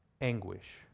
anguish